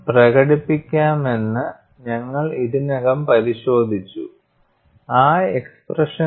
crack ടിപ്പിൽ plastic deformation സംഭവിക്കുന്നുവെന്ന് പറയുന്നു ക്രാക്ക് ലെങ്ത്ന്റെ മോഡിഫിക്കേഷൻ ഇൻക്രിമെന്റൽ എമൌണ്ട് വഴി നമ്മൾ കണ്ടുപിടിക്കേണ്ടതാണ്